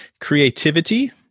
Creativity